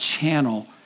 channel